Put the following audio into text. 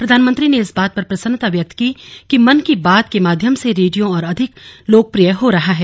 प्रधानमंत्री ने इस बात पर प्रसन्नता व्यक्त की कि मन की बात के माध्यम से रेडियो और अधिक लोकप्रिय हो रहा है